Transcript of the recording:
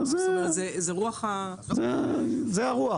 זאת אומרת זה רוח ה כן, זה הרוח.